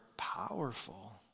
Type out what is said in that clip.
powerful